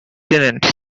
tenants